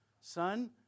Son